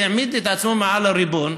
והעמיד את עצמו מעל הריבון,